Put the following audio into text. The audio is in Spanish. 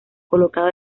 colocado